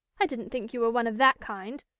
i didn't think you were one of that kind.